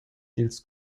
dils